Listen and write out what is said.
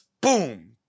boom